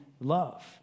love